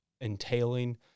entailing